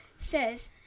says